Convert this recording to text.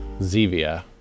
Zevia